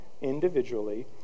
individually